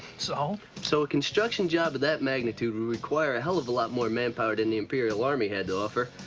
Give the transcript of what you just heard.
so? so a construction job of that magnitude would require a hell of a lot more manpower than the imperial army had to offer.